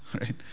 Right